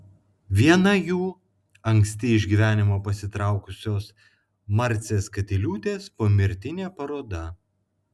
viena jų anksti iš gyvenimo pasitraukusios marcės katiliūtės pomirtinė paroda